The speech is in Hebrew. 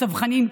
הצווחנים,